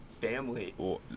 family